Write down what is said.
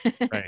Right